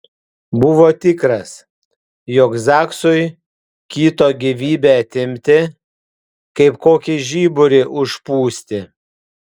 buvo tikras jog zaksui kito gyvybę atimti kaip kokį žiburį užpūsti